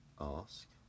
ask